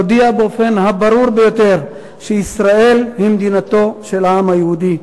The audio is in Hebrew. שהודיע באופן הברור ביותר ש"ישראל היא מדינתו של העם היהודי".